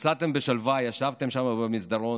יצאתם בשלווה, ישבתם שם במסדרון,